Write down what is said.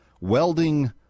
welding